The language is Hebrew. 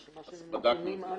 רשימה של נתונים על הטייסים.